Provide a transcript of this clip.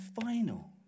final